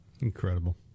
Incredible